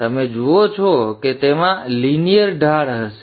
તેથી તમે જુઓ છો કે તેમાં લિનિયર ઢાળ હશે